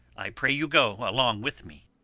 i pray you go along with me.